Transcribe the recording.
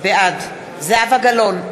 בעד זהבה גלאון,